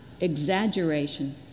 exaggeration